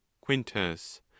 quintus